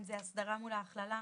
אם זה הסדרה מול המכללה,